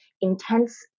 intense